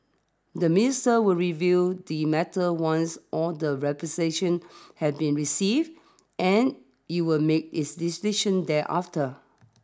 the minister will review the matter once all the representation have been received and it will make his decision thereafter